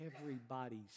everybody's